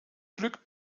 glück